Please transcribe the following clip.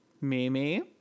Mimi